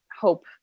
hope